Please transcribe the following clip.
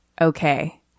Okay